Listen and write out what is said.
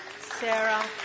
Sarah